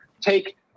take